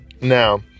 Now